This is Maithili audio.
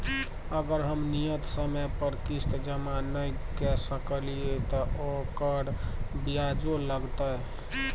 अगर हम नियत समय पर किस्त जमा नय के सकलिए त ओकर ब्याजो लगतै?